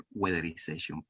weatherization